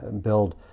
build